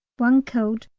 one killed,